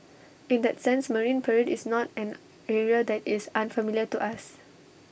in that sense marine parade is not an area that is unfamiliar to us